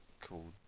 Called